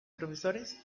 profesores